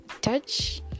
touch